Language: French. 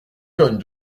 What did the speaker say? cogne